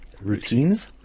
routines